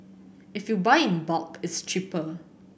if you buy in bulk it's cheaper